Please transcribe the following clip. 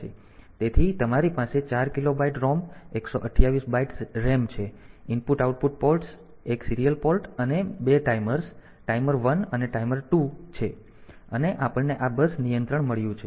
તેથી તમારી પાસે 4 કિલોબાઈટ ROM 128 બાઈટ્સ RAM છે IO પોર્ટ્સ 1 સીરીયલ પોર્ટ અને ત્યાં 2 ટાઇમર્સ ટાઈમર 1 અને ટાઈમર 2 છે અને આપણને આ બસ નિયંત્રણ મળ્યું છે